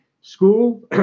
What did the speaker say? school